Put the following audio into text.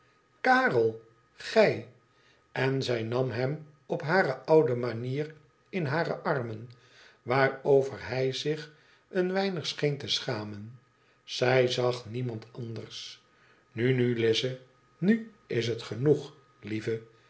ikarel gij en zij nam hem op hare oude manier in hare armen waarover hij zich een weinig scheen te schamen zij zag niemand anders inu nu lize nu is het genoeg lieve